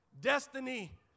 destiny